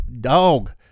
dog